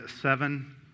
seven